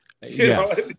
Yes